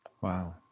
Wow